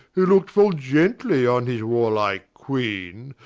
who look'd full gently on his warlike queene,